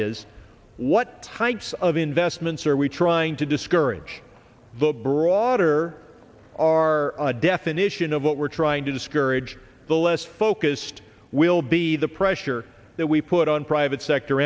is what types of investments are we trying to discourage the broader our definition of what we're trying to discourage the less focused will be the pressure that we put on private sector